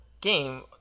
game